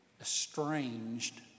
estranged